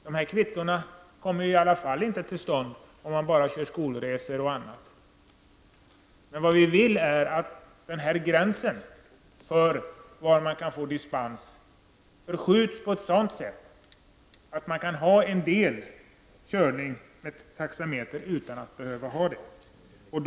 De här kvittona kommer i alla fall inte till stånd om man bara kör skolresor osv. Vad vi vill är att gränsen för möjligheten att få dispens förskjuts på sådant sätt att man kan ha en del körning med taxameter utan att behöva ha denna utrustning.